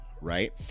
right